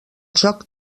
joc